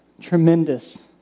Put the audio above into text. tremendous